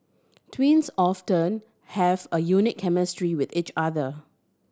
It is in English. twins often have a unique chemistry with each other